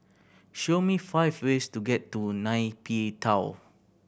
show me five ways to get to Nay Pyi Taw